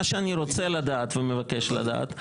מה שאני רוצה לדעת ומבקש לדעת,